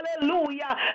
hallelujah